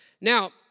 Now